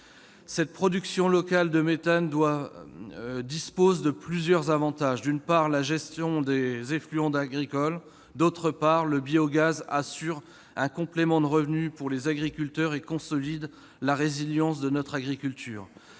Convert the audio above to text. La production locale de méthane dispose de plusieurs avantages : elle permet une gestion des effluents agricoles, et le biogaz assure un complément de revenus aux agriculteurs et consolide la résilience de notre agriculture.